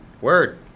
Word